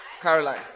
Caroline